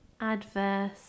adverse